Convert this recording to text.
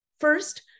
first